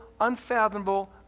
unfathomable